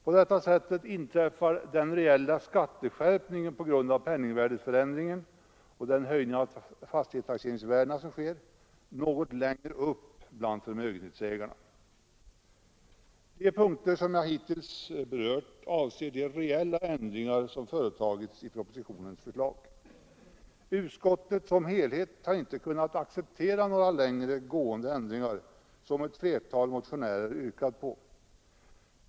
På detta sätt inträffar den reella skatteskärpningen på grund av penningvärdesförändringen och höjningen av fastighetstaxeringsvärdena något längre upp på förmögenhetsskalan. De punkter som jag hittills berört avser de reella ändringar som företagits i propositionens förslag. Utskottet som helhet har inte kunnat acceptera några längre gående ändringar som ett flertal motionärer yrkat på.